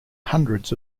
hundreds